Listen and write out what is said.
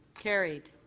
carried.